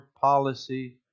policy